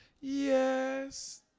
Yes